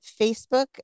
Facebook